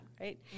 right